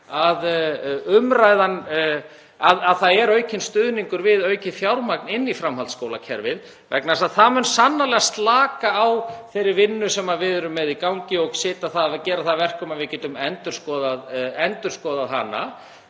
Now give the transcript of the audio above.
ánægjuefni að það er aukinn stuðningur við aukið fjármagn inn í framhaldsskólakerfið vegna þess að það mun sannarlega slaka á þeirri vinnu sem við erum með í gangi og gera það að verkum að við getum endurskoðað hana.